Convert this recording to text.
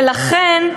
ולכן,